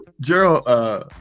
Gerald